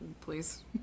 please